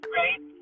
right